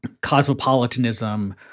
cosmopolitanism